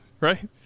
right